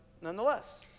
nonetheless